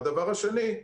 והדבר השני,